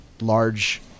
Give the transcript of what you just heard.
large